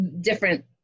different